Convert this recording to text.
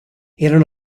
erano